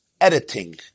editing